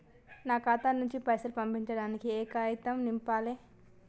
నా ఖాతా నుంచి పైసలు పంపించడానికి ఏ కాగితం నింపాలే?